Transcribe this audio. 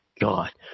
god